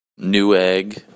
Newegg